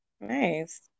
Nice